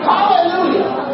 Hallelujah